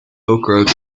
okrug